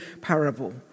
parable